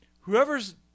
whoever's